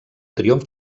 triomf